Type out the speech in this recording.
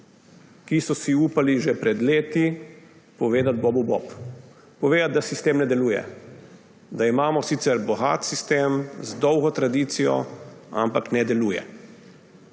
ki so si upali že pred leti povedati bobu bob. Povedati, da sistem ne deluje, da imamo sicer bogat sistem, z dolgo tradicijo, ampak ne deluje.